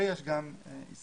ויש גם ישראלים.